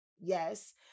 yes